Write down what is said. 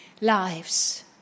lives